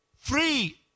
free